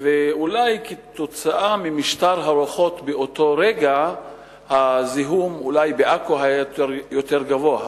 ואולי כתוצאה ממשטר הרוחות באותו רגע הזיהום בעכו היה יותר גבוה,